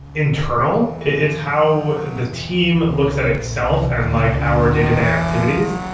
internal. it's how the team looks at itself and like our day-to-day activities.